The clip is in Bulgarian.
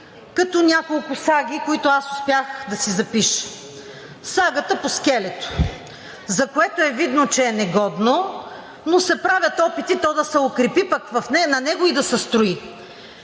като няколко саги, които аз успях да си запиша. Сагата по скелето, за което е видно, че е негодно, но се правят опити то да се укрепи, пък на него и да се строи.